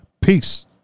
Peace